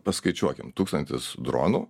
paskaičiuokim tūkstantis dronų